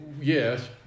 Yes